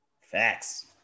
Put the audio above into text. Facts